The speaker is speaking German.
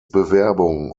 bewerbung